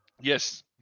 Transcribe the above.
Yes